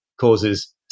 causes